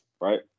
right